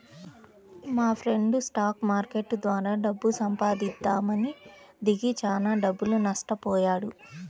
మాఫ్రెండు stock market ద్వారా డబ్బు సంపాదిద్దామని దిగి చానా డబ్బులు నట్టబొయ్యాడు